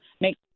make